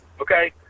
Okay